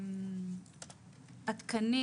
עדכני,